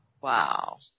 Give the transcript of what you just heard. wow